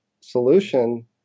solution